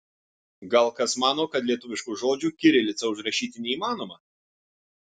gal kas mano kad lietuviškų žodžių kirilica užrašyti neįmanoma